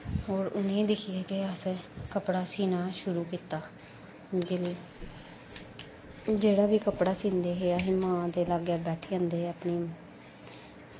होर उ'नें गी गै दिक्खियै अ'सें कपड़ा सीना शुरु कीता जिसलै जोेह्ड़ा बी कपड़ा सींदे हे अस अपनी मां दे लाग्गै बैठी जंदे हे